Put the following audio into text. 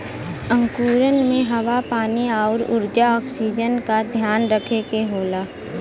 अंकुरण में हवा पानी आउर ऊर्जा ऑक्सीजन का ध्यान रखे के होला